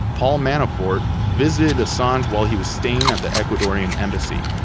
paul manafort, visited assange while he was staying at the ecuadorian embassy.